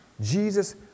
Jesus